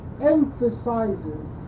emphasizes